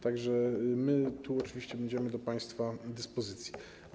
Także my tu oczywiście będziemy do państwa dyspozycji.